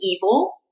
evil